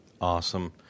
Awesome